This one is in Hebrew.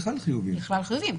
בכלל חיוביים.